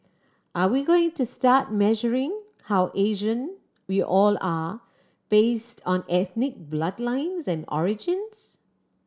are we going to start measuring how Asian we all are based on ethnic bloodlines and origins